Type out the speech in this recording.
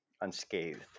unscathed